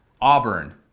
Auburn